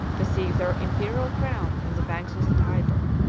to seek their imperial crown on the banks of the tyber.